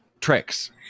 tricks